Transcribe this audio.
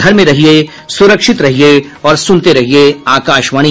घर में रहिये सुरक्षित रहिये और सुनते रहिये आकाशवाणी